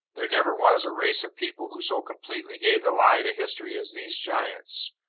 there never was a race of people who so completely gave the lie to history as these giants,